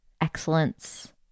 excellence